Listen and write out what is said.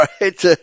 right